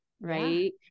right